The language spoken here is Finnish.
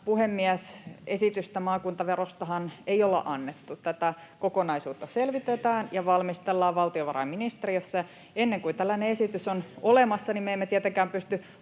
puhemies! Esitystä maakuntaverostahan ei olla annettu. [Timo Heinonen: Sen me tiesimme!] Tätä kokonaisuutta selvitetään ja valmistellaan valtiovarainministeriössä, ja ennen kuin tällainen esitys on olemassa, emme tietenkään pysty